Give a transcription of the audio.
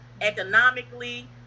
economically